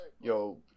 yo